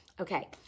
Okay